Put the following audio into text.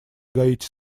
гаити